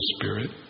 Spirit